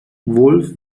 wolf